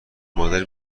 مادری